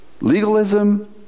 legalism